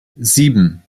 sieben